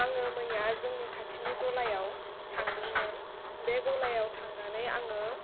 आङो मैया जोंनि खाथिनि गलायाव थांदोंमोन बे गलायाव थांनानै आङो